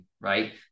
right